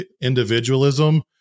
individualism